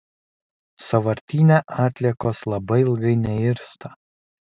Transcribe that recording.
sąvartyne atliekos labai ilgai neirsta